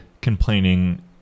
complaining